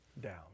down